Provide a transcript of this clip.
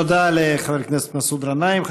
תודה לחבר הכנסת מסעוד גנאים.